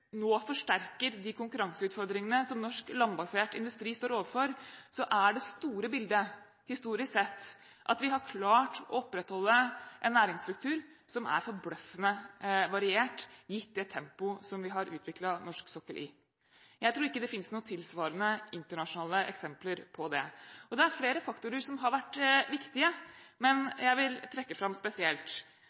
nå forsterker de konkurranseutfordringene som norsk landbasert industri står overfor, er det store bildet, historisk sett, at vi har klart å opprettholde en næringsstruktur som er forbløffende variert gitt det tempo som vi har utviklet norsk sokkel i. Jeg tror ikke det finnes noen tilsvarende internasjonale eksempler. Det er flere faktorer som har vært viktige, men jeg spesielt vil trekke fram